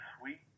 sweet